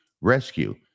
rescue